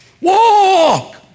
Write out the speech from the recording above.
Walk